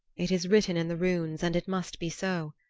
it is written in the runes, and it must be so.